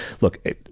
Look